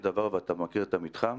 אני מציעה להקשיב